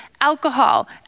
alcohol